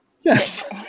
Yes